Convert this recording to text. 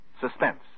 Suspense